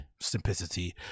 simplicity